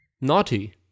Naughty